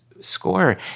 score